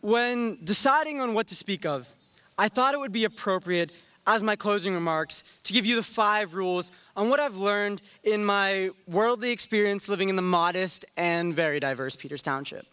when deciding on what to speak of i thought it would be appropriate as my closing remarks to give you five rules on what i've learned in my world the experience living in the modest and very diverse peters township